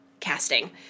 casting